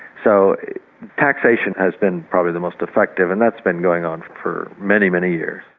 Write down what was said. so taxation has been probably the most effective, and that's been going on for many, many years.